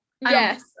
Yes